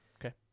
Okay